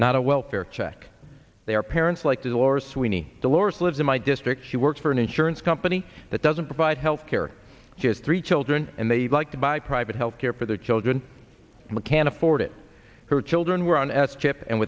not a welfare check their parents like this or sweeney delores lives in my district she works for an insurance company that doesn't provide health care she has three children and they like to buy private health care for their children and we can afford it her children were on s chip and